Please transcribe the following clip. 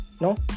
No